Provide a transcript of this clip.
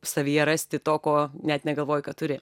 savyje rasti to ko net negalvojai kad turi